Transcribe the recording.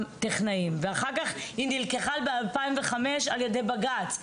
טכנאים שנלקחה ב-2005 על ידי בג"ץ,